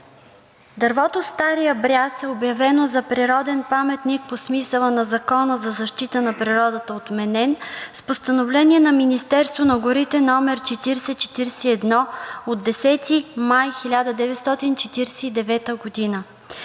дървото „Старият бряст“ е обявено за природен паметник по смисъла на Закона за защита на природата, е отменен с Постановление на Министерството на горите № 4041 от 10 май 1949 г.